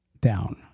down